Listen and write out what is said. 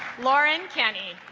lauren kenny